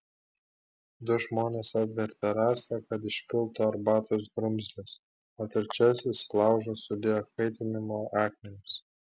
du žmonės apvertė rąstą kad išpiltų arbatos drumzles o trečiasis į laužą sudėjo kaitinimo akmenis